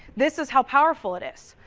this is how powerful it is,